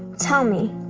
tell me,